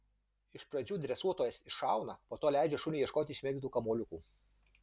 iš pradžių dresuotojas iššauna po to leidžia šuniui ieškoti išmėtytų kamuoliukų